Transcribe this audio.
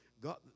God